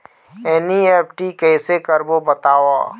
NEFT कैसे करबो बताव?